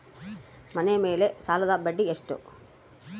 ಮನೆ ಮೇಲೆ ಸಾಲದ ಬಡ್ಡಿ ಎಷ್ಟು?